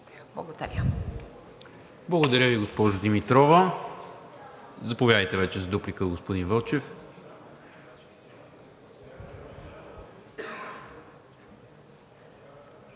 МИНЧЕВ: Благодаря Ви, госпожо Димитрова. Заповядайте вече за дуплика, господин Вълчев.